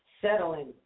settling